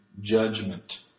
Judgment